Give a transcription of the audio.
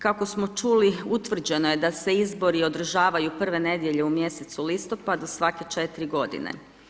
Kako smo čuli, utvrđeno je da se izbori održavaju prve nedjelje u mjesecu listopadu svake 4 godine.